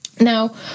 Now